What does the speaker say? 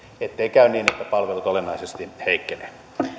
ettei käy niin että palvelut olennaisesti heikkenevät